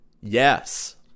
Yes